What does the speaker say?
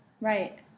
Right